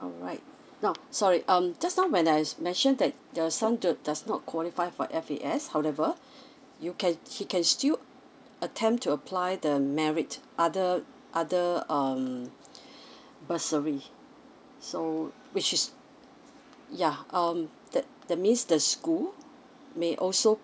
alright now sorry um just now when I mention that your son does does not qualify for F_A_S however you can he can still attempt to apply the merit other other um bursary so which is ya um that that means the school may also